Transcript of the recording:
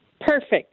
Perfect